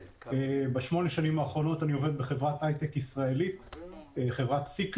בשמונה השנים האחרונות אני עובד בחברת הייטק ישראלית בשם סיקלו,